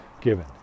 given